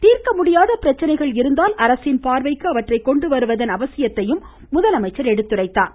தீர்க்க முடியாத பிரச்சினைகள் இருந்தால் அரசின் பார்வைக்கு அவற்றை கொண்டுவருவதன் அவசியத்தையும் முதலமைச்சர் எடுத்துரைத்தார்